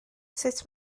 sut